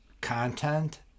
content